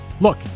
Look